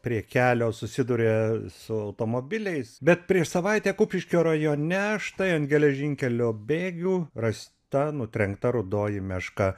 prie kelio susiduria su automobiliais bet prieš savaitę kupiškio rajone štai ant geležinkelio bėgių rasta nutrenkta rudoji meška